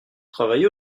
travaillez